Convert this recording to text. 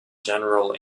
general